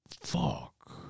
fuck